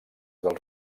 dels